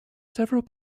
several